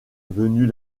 venues